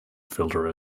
filter